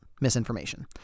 misinformation